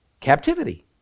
captivity